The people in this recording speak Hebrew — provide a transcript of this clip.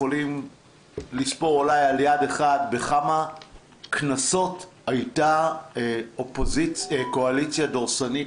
יכולים לספור אולי על יד אחת בכמה כנסות הייתה קואליציה דורסנית